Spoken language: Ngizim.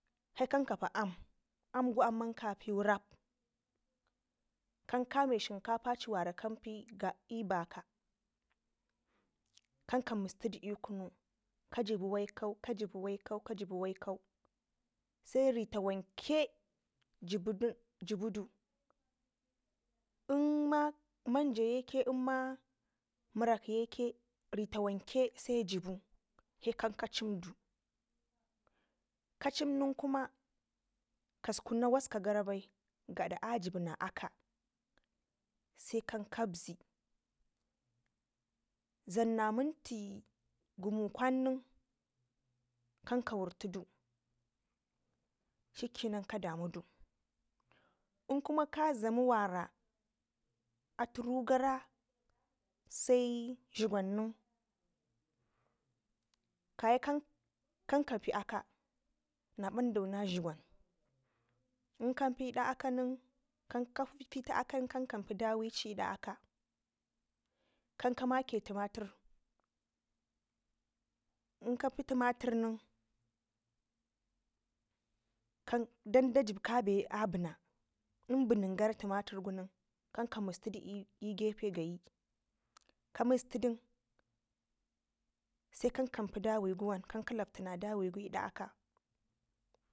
hekanka pi aam, aamgu amman kapiwu rap kankame shikafaci wara kanpe l'baka kanka mustidu l'dau jajib waikau kajib waikau seri tawanke jibi din inma ma nja yeke luma murakye ke ritawanke jibu he keuka cimdu kacim nen kuma dlamna minti gumukwan nen kan ka wurtudu shikke nan kadamudu in kuma ka dlamu wara atu ngara se dlu gwan nen kaya kau kapi i aka inkanpi da akan kefitina ake nen kan kam pi daweci da aka kauka mekə tumatur inkapa tuma tir nen dan da jib kabe a buna lnbunin gara tuma tur gun nen kan ka mustidu l'ge fe gayi kamusti dun se kan kan kalakcina dawegu lda aka